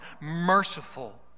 merciful